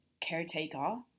caretaker